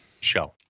show